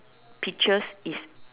peaches is